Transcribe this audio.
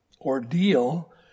ordeal